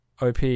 OP